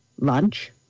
lunch